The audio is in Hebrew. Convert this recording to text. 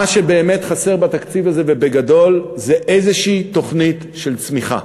מה שבאמת חסר בתקציב הזה ובגדול זה איזושהי תוכנית של צמיחה.